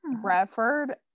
Bradford